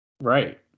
Right